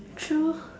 true